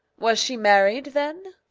was she married then?